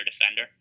defender